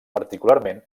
particularment